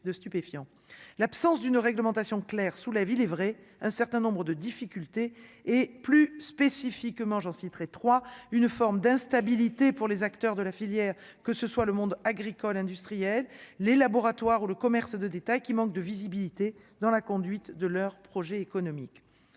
l'absence d'une réglementation claire sous la ville est vrai, un certain nombre de difficultés et, plus spécifiquement, j'en citerai trois une forme d'instabilité pour les acteurs de la filière, que ce soit le monde agricole, industriel, les laboratoires ou le commerce de détail qui manque de visibilité dans la conduite de leur projet économique,